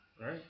Right